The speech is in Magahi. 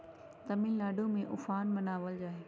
तमिलनाडु में उफान मनावल जाहई